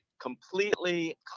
completely